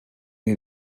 den